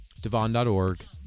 Devon.org